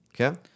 okay